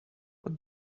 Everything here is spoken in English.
what